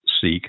seek